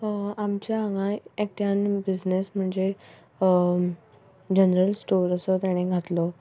आमच्या हांगा एकट्यान बिजनेस म्हणचे जेनरल स्टोर असो ताणें घातलो